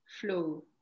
flow